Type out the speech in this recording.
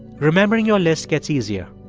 remembering your list gets easier.